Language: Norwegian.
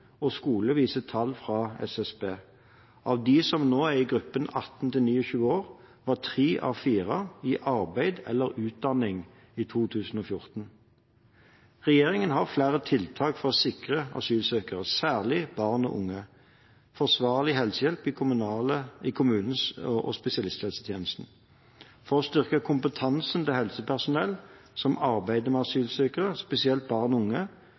og skole, viser tall fra SSB. Av dem som nå er i gruppen 18–29 år, var tre av fire i arbeid eller utdanning i 2014. Regjeringen har flere tiltak for å sikre asylsøkere, særlig barn og unge, forsvarlig helsehjelp i kommune- og spesialisthelsetjenesten: For å styrke kompetansen til helsepersonell som arbeider med asylsøkere, spesielt barn og unge,